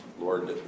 lord